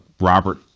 Robert